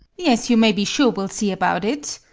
yes, you may be sure we'll see about it!